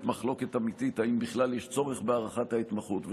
מחלוקת אמיתית אם בכלל יש צורך בהארכת ההתמחות,